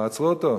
עצרו אותו.